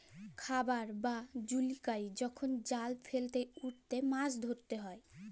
খাবাই বা জুচিকাই যখল জাল ফেইলে উটতে মাছ ধরা হ্যয়